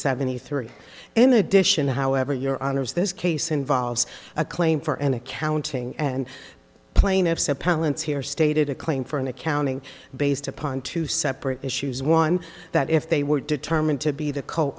seventy three in addition to however your honour's this case involves a claim for an accounting and plaintiffs appellants here stated a claim for an accounting based upon two separate issues one that if they were determined to be the co